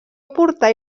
portar